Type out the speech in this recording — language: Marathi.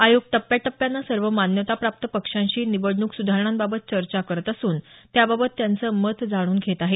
आयोग टप्प्याटप्प्यानं सर्व मान्यता प्राप्त पक्षांशी निवडणूक सुधारणांबाबत चर्चा करत असून त्याबाबत त्यांचं मत जाणून घेत आहे